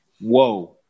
whoa